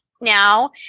now